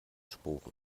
sporen